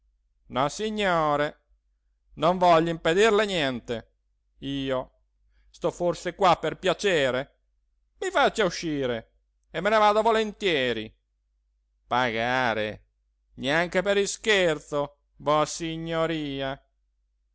placido nossignore non voglio impedirle niente io sto forse qua per piacere i faccia uscire e me ne vado volentieri pagare neanche per ischerzo vossignoria